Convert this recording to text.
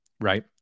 right